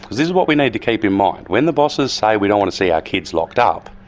because this is what we need to keep in mind when the bosses say we don't want to see our kids locked up,